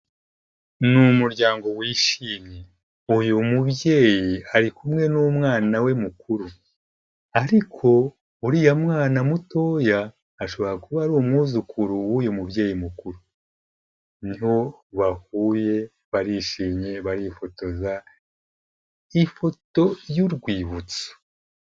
Ni umuryango wishimye, uyu mubyeyi ari kumwe n'umwana we mukuru, ariko uriya mwana mutoya ashobora kuba ari umwuzukuru w'uyu mubyeyi mukuru, niho bahuye, barishimye, barifotoza ifoto y'urwibutso.